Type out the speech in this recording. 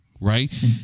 right